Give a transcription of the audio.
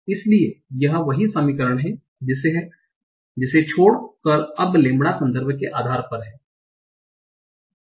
इसलिए यह वही समीकरण है जिसे छोड़कर अब लैंबडा संदर्भ के आधार पर है